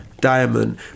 Diamond